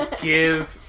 give